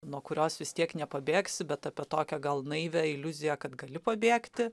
nuo kurios vis tiek nepabėgsi bet apie tokią gal naivią iliuziją kad gali pabėgti